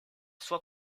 sua